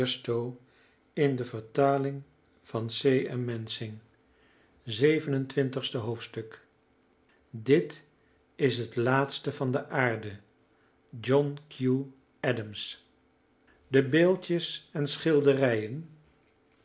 twintigste hoofdstuk dit is het laatste van de aarde john q adams de beeldjes en schilderijen